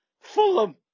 Fulham